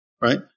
right